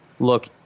Look